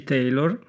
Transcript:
Taylor